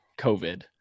COVID